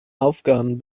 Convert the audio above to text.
aufgaben